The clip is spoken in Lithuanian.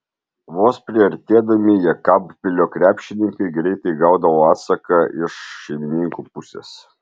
vos priartėdami jekabpilio krepšininkai greitai gaudavo atsaką iš šeimininkų pusės